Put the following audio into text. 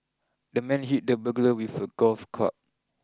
the man hit the burglar with a golf club